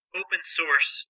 open-source